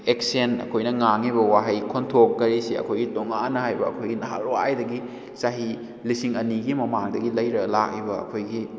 action ꯑꯩꯈꯣꯏꯅ ꯉꯥꯡꯉꯤꯕ ꯋꯥꯍꯩ ꯈꯣꯟꯊꯣꯛ ꯀꯔꯤꯁꯤ ꯑꯩꯈꯣꯏꯒꯤ ꯇꯣꯉꯥꯟꯅ ꯍꯥꯏꯕ ꯑꯩꯈꯣꯏꯒꯤ ꯅꯍꯥꯟꯋꯥꯏꯗꯒꯤ ꯆꯍꯤ ꯂꯤꯁꯤꯡ ꯑꯅꯤꯒꯤ ꯃꯃꯥꯡꯗꯒꯤ ꯂꯩꯔ ꯂꯥꯛꯏꯕ ꯑꯩꯈꯣꯏꯒꯤ